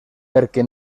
perquè